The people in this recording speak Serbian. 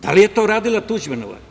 Da li je to radila Tuđmanova?